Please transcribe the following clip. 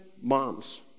moms